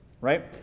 Right